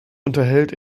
unterhält